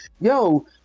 yo